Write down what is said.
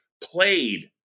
played